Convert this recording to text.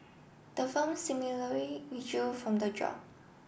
the firm similarly withdrew from the job